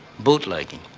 bootlegging.